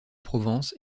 provence